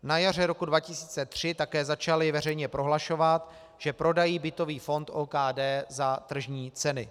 Na jaře roku 2003 také začali veřejně prohlašovat, že prodají bytový fond OKD za tržní centy.